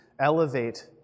elevate